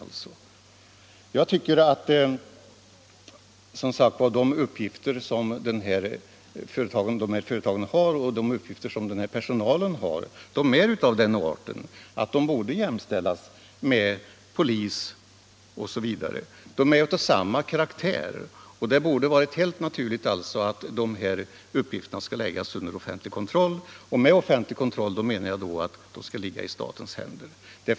Bevakningsföretagens uppgifter är av den arten att personalen bör jämställas med polis, och då är det helt naturligt att verksamheten läggs under offentlig kontroll. Med offentlig kontroll menar jag att den skall ligga i statens händer.